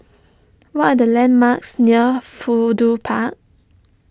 what are the landmarks near Fudu Park